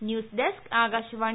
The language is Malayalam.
news desk Akashvani